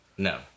No